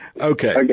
Okay